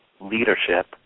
leadership